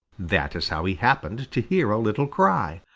that is how he happened to hear a little cry,